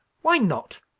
why not?